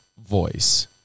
voice